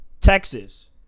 Texas